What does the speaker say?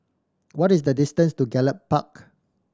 what is the distance to Gallop Park